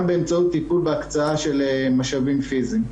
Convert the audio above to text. באמצעות טיפול בהקצאה של משאבים פיזיים.